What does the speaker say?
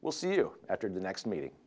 we'll see you after the next meeting